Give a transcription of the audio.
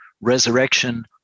resurrection